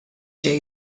ġej